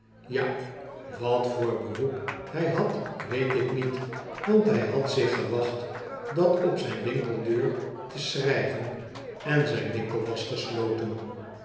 ja wat voor beroep hij had weet ik niet want hij had zich gewacht dat op zijn winkeldeur te schrijven en zyn winkel was gesloten